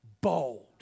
bold